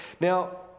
Now